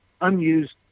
unused